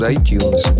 iTunes